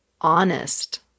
honest